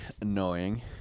annoying